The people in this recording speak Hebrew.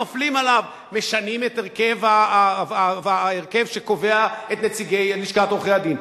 נופלים עליו: משנים את ההרכב שקובע את נציגי לשכת עורכי-הדין,